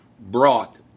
brought